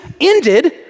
ended